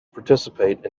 participate